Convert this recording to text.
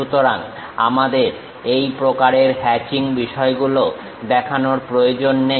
সুতরাং আমাদের এই প্রকারের হ্যাচিং বিষয়গুলো দেখানোর প্রয়োজন নেই